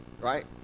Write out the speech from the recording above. Right